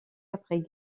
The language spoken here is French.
après